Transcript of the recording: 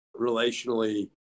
relationally